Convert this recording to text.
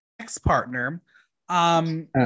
ex-partner